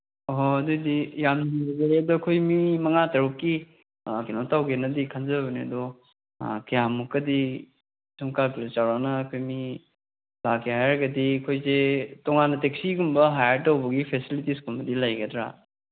ꯑꯍꯣ ꯑꯗꯨꯑꯣꯏꯗꯤ ꯌꯥꯝ ꯅꯨꯡꯉꯥꯏꯖꯔꯦ ꯑꯗꯣ ꯑꯩꯈꯣꯏ ꯃꯤ ꯃꯉꯥ ꯇꯔꯨꯛꯀꯤ ꯀꯩꯅꯣ ꯇꯧꯒꯦꯅꯗꯤ ꯈꯟꯖꯕꯅꯦ ꯑꯗꯣ ꯀꯌꯥꯃꯨꯛꯀꯗꯤ ꯁꯨꯝ ꯆꯥꯎꯔꯥꯛꯅ ꯑꯩꯈꯣꯏ ꯃꯤ ꯂꯥꯛꯀꯦ ꯍꯥꯏꯔꯒꯗꯤ ꯑꯩꯈꯣꯏꯁꯦ ꯇꯣꯉꯥꯟꯅ ꯇꯦꯛꯁꯤꯒꯨꯝꯕ ꯍꯥꯌꯔ ꯇꯧꯕꯒꯤ ꯐꯦꯁꯤꯂꯤꯇꯤꯁꯀꯨꯝꯕꯗꯤ ꯂꯩꯒꯗ꯭ꯔꯥ